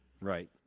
Right